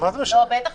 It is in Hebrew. זה לא משנה?